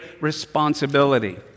responsibility